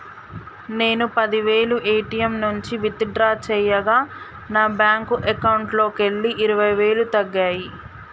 నేను పది వేలు ఏ.టీ.యం నుంచి విత్ డ్రా చేయగా నా బ్యేంకు అకౌంట్లోకెళ్ళి ఇరవై వేలు తగ్గాయి